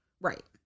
Right